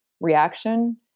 reaction